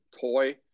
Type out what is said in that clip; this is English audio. toy